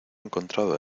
encontrado